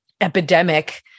epidemic